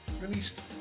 released